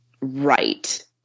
right